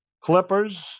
Clippers